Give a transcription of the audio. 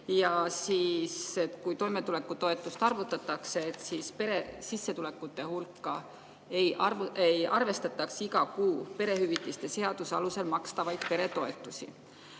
peresid, et kui toimetulekutoetust arvutatakse, siis pere sissetulekute hulka ei arvestataks iga kuu perehüvitiste seaduse alusel makstavaid peretoetusi.